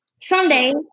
someday